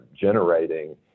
generating